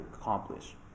accomplish